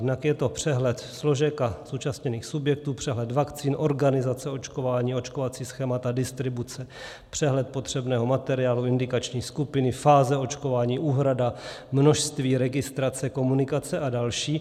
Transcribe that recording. Jednak je to přehled složek a zúčastněných subjektů, přehled vakcín, organizace očkování, očkovací schémata, distribuce, přehled potřebného materiálu, indikační skupiny, fáze očkování, úhrada, množství, registrace, komunikace a další.